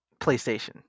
PlayStation